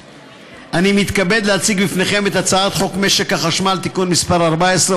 אני מתכבד להציג בפניכם את הצעת חוק משק החשמל (תיקון מס' 14,